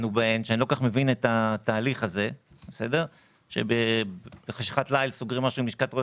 אני לא כל-כך מבין את התהליך הזה שבחשכת ליל סוגרים משהו עם לשכת רואי